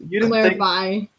clarify